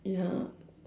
ya